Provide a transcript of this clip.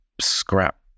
scrap